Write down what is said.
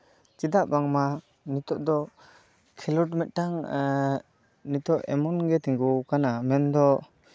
ᱪᱮᱫᱟᱜ ᱵᱟᱝᱢᱟ ᱱᱤᱛᱚᱜ ᱫᱚ ᱠᱷᱮᱞᱳᱰ ᱢᱤᱫᱴᱟᱝ ᱱᱤᱛᱚᱜ ᱮᱢᱚᱱ ᱜᱮ ᱛᱤᱸᱜᱩᱣ ᱠᱟᱱᱟ ᱢᱮᱱᱫᱚ